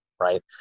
Right